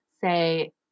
say